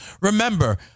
remember